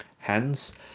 Hence